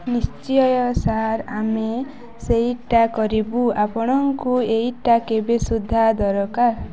ନିଶ୍ଚୟ ସାର୍ ଆମେ ସେଇଟା କରିବୁ ଆପଣଙ୍କୁ ଏଇଟା କେବେ ସୁଦ୍ଧା ଦରକାର